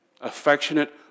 Affectionate